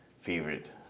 favorite